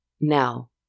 now